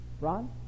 Ron